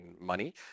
money